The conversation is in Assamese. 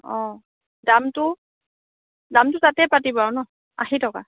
অ' দামটো দামটো তাতেই পাতিব আৰু ন আশী টকা